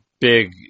big